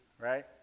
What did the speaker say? right